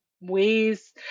ways